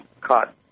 caught